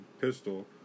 pistol